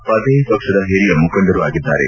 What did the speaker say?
ಫತೆಹ್ ಪಕ್ಷದ ಹಿರಿಯ ಮುಖಂಡರೂ ಆಗಿದ್ದಾರೆ